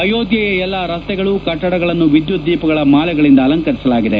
ಅಯೋಧ್ವಯ ಎಲ್ಲಾ ರಸ್ತೆಗಳು ಕಟ್ಟಡಗಳನ್ನು ವಿದ್ಯುತ್ ದೀಪಗಳ ಮಾಲೆಗಳಿಂದ ಅಲಂಕರಿಸಲಾಗಿದೆ